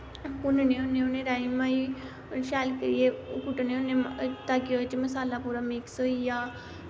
भुन्नने होने उनें राजमाहें शैल करियै कुट्टने होने ताकि ओह्दे च मसाला पूरा मिक्स होई जा